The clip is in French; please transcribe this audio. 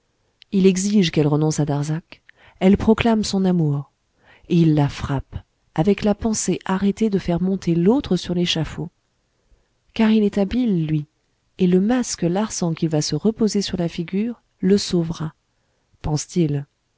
il exige qu'elle renonce à darzac elle proclame son amour et il la frappe avec la pensée arrêtée de faire monter l'autre sur l'échafaud car il est habile lui et le masque larsan qu'il va se reposer sur la figure le sauvera pense-t-il